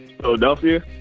Philadelphia